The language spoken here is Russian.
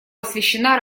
посвящена